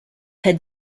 had